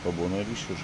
pabūna ir išveža